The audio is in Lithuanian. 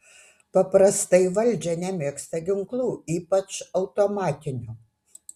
paprastai valdžia nemėgsta ginklų ypač automatinių